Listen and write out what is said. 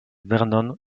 vernon